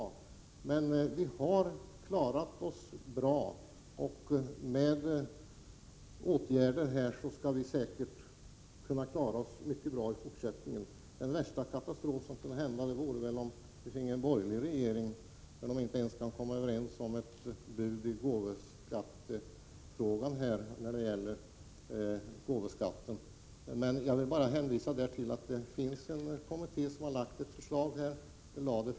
Vi har emellertid klarat oss mycket bra, och med fortsatta åtgärder skall vi säkert kunna klara oss mycket bra i fortsättningen också. Den värsta katastrofen vore väl om vi finge en borgerlig regering. De borgerliga kan ju inte ens komma överens om ett bud när det gäller gåvoskatten. Jag vill i detta sammanhang bara hänvisa till att det finns en kommitté som har lagt fram ett förslag under hösten.